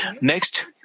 Next